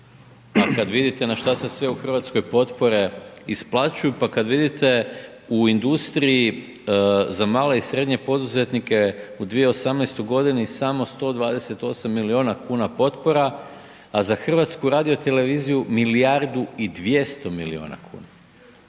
kad vidite na šta se sve u RH potpore isplaćuju, pa kad vidite u industriji za male i srednje poduzetnike u 2018.g. samo 128 milijuna kuna potpora, a za HRT milijardu i 200 milijuna kuna.